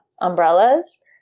umbrellas